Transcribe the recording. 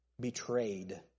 betrayed